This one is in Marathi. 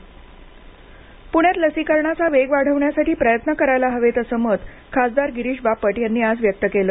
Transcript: लसीकरण पूण्यात लसीकरणाचा वेग वाढवण्यासाठी प्रयत्न करायला हवेत असं मत खासदार गिरीश बापट यांनी आज व्यक्त केलं